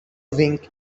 wink